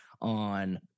on